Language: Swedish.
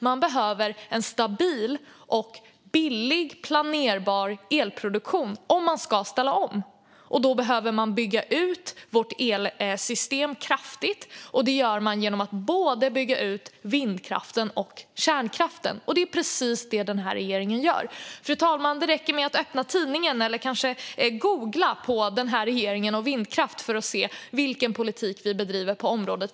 Man behöver en stabil och billig planerbar elproduktion om man ska ställa om. Då behöver man bygga ut vårt elsystem kraftigt. Det gör man genom att bygga ut både vindkraften och kärnkraften, och det är precis det den här regeringen gör. Fru talman! Det räcker med att öppna tidningen eller kanske googla på den här regeringen och vindkraft för att se vilken politik vi bedriver på området.